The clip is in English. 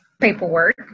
paperwork